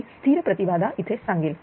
मी स्थिर प्रति बाधा इथे सांगेन